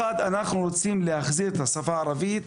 אנחנו רוצים להחזיר את השפה הערבית,